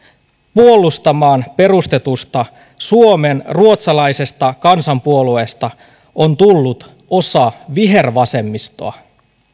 puolustamaan perustetusta suomen ruotsalaisesta kansanpuolueesta on tullut osa vihervasemmistoa